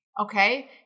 Okay